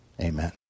Amen